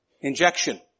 injection